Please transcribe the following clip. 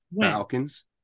Falcons